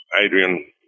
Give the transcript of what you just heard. Adrian